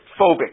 phobic